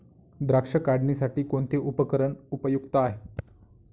द्राक्ष काढणीसाठी कोणते उपकरण उपयुक्त आहे?